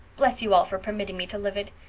bless you all for permitting me to live it.